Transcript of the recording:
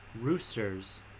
Roosters